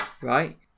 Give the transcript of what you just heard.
right